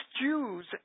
Jews